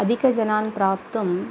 अधिकजनान् प्राप्तुं